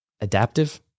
adaptive